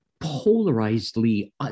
polarizedly